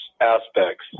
aspects